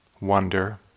wonder